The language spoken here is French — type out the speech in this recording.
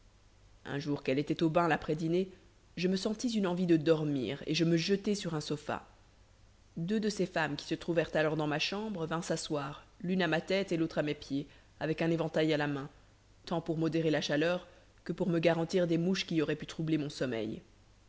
un jour qu'elle était au bain l'après-dînée je me sentis une envie de dormir et je me jetai sur un sofa deux de ses femmes qui se trouvèrent alors dans ma chambre vinrent s'asseoir l'une à ma tête et l'autre à mes pieds avec un éventail à la main tant pour modérer la chaleur que pour me garantir des mouches qui auraient pu troubler mon sommeil